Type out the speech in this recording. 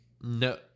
No